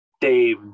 Dave